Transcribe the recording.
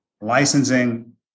licensing